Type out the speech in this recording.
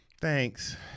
Thanks